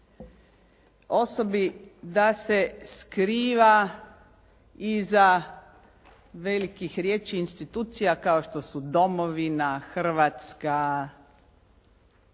osobi da se skriva iza velikih riječi, institucija kao što su domovina Hrvatska. Vi ste